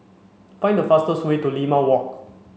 find the fastest way to Limau Walk